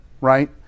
right